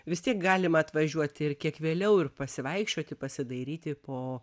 vis tiek galima atvažiuoti ir kiek vėliau ir pasivaikščioti pasidairyti po